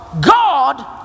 God